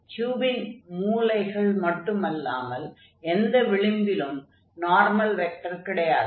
க்யூபின் மூலைகள் மட்டுமல்லாமல் எந்த விளிம்பிலும் நார்மல் வெக்டர் கிடையாது